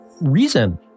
reason